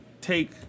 take